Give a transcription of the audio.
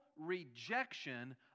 rejection